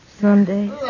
Someday